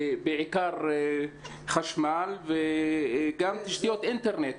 בעיקר חשמל וגם תשתיות אינטרנט.